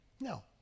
No